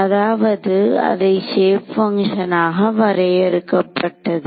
அதாவது அதை shape function ஆக வரையறுக்கப்பட்டது